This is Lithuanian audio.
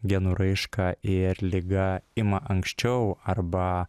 genų raišką ir liga ima anksčiau arba